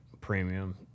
premium